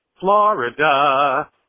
Florida